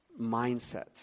mindsets